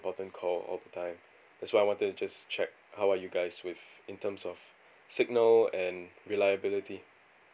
important call all the time that's why I wanted to just check how are you guys with in terms of signal and reliability